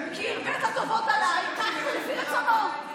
"כי הרבית טובות אלי", כך, לפי רצונו.